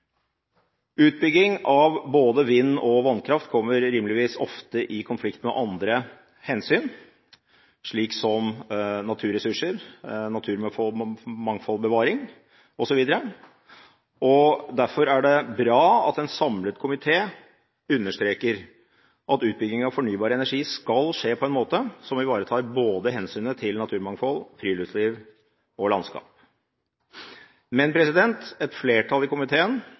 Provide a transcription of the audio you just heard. Utbygging av både vindkraft og vannkraft kommer rimeligvis ofte i konflikt med andre hensyn, som naturressurser, naturmangfoldbevaring osv. Derfor er det bra at en samlet komité understreker at utbygging av fornybar energi skal skje «på en måte som ivaretar hensynet til naturmangfold, friluftsliv og landskap». Men et flertall i komiteen